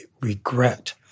regret